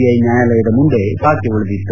I ನ್ಯಾಯಾಲಯದ ಮುಂದೆ ಬಾಕಿ ಉಳಿದಿತ್ತು